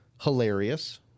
hilarious